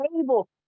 table